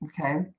okay